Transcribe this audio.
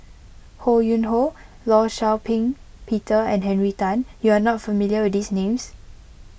Ho Yuen Hoe Law Shau Ping Peter and Henry Tan you are not familiar with these names